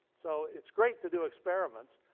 so it's great to do experiments,